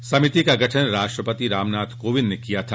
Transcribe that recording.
इस समिति का गठन राष्ट्रपति रामनाथ कोविंद ने किया था